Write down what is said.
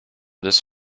this